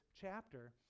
chapter